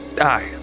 Aye